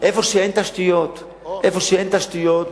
במקום שאין תשתיות מראש,